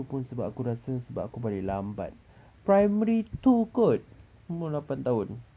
tu pun sebab aku rasa sebab aku balik lambat primary two kot umur lapan tahun